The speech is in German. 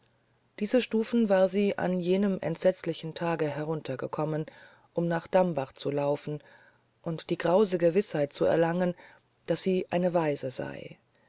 diese stufen war sie an jenem entsetzlichen tage heruntergekommen um nach dambach zu laufen und die grause gewißheit zu erlangen daß sie eine waise sei